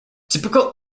typical